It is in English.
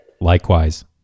Likewise